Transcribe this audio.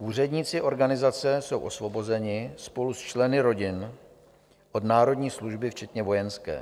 Úředníci organizace jsou osvobozeni spolu s členy rodin od národní služby včetně vojenské.